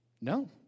No